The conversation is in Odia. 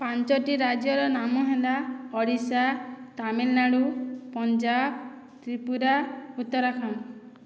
ପାଞ୍ଚଟି ରାଜ୍ୟର ନାମ ହେଲା ଓଡ଼ିଶା ତାମିଲନାଡ଼ୁ ପଞ୍ଜାବ ତ୍ରିପୁରା ଉତ୍ତରାଖଣ୍ଡ